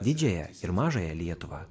didžiąją ir mažąją lietuvą